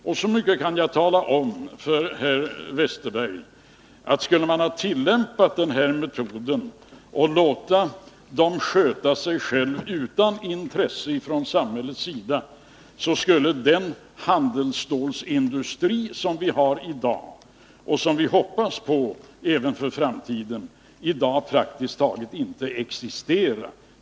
Och så mycket kan jag tala om för herr Westerberg att skulle vi ha tillämpat den här metoden och låtit företagen sköta sig själva utan intresseinblandning från samhällets sida, skulle den handelsstålsindustri som vi har nu och som vi hoppas på även för framtiden i dag praktiskt taget inte ha existerat.